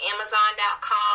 amazon.com